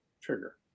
trigger